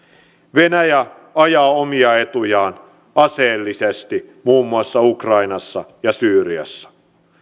venäjä ajaa omia etujaan aseellisesti muun muassa ukrainassa ja syyriassa